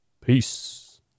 Peace